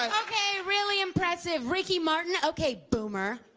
okay. really impressive. ricky martin? okay, boomer.